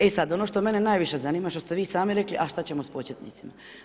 E sad, ono što mene najviše zanima što ste vi sami rekli, a šta ćemo s početnicima?